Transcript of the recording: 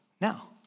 Now